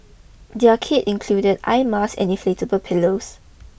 their kit included eye masks and inflatable pillows